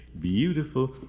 beautiful